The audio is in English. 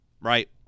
right